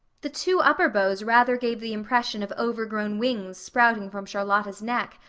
the two upper bows rather gave the impression of overgrown wings sprouting from charlotta's neck,